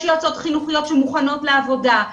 יש יועצות חינוכיות שמוכנות לעבודה,